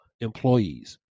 employees